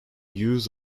use